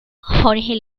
jorge